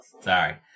Sorry